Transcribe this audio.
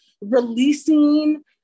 releasing